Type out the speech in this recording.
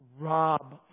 Rob